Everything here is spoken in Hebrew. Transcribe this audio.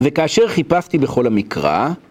וכאשר חיפשתי בכל המקרא